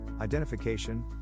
identification